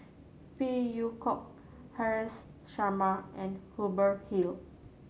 Phey Yew Kok Haresh Sharma and Hubert Hill